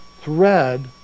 thread